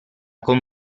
con